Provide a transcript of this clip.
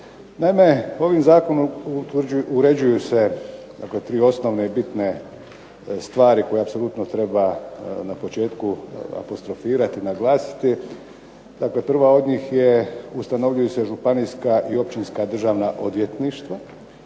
Naime, ovim zakonom uređuju se tri osnovne i bitne stvari koje apsolutno treba na početku apostrofirati i naglasiti. Dakle, prva od njih je ustanovljuju se županijska i općinska državna odvjetništva,